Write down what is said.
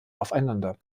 aufeinander